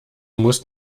musst